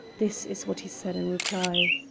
this is what he said in reply